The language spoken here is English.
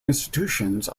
institutions